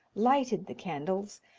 lighted the candles,